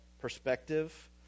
perspective